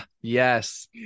Yes